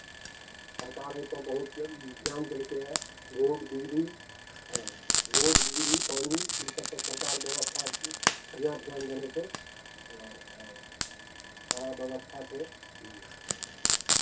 सरकार एहिपर बहुत ध्यान देलकैए रोड बिजली हँ रोड बिजली पानि इसभपर सरकार व्यवस्था बढ़िआँ ध्यान देने छै सारा व्यवस्था छै ह्म्म